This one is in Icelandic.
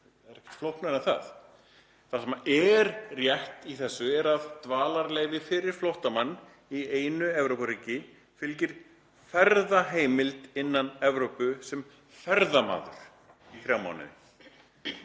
það er ekkert flóknara en það. Það sem er rétt í þessu er að dvalarleyfi fyrir flóttamann í einu Evrópuríki fylgir ferðaheimild innan Evrópu sem ferðamaður í þrjá